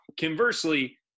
conversely